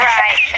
right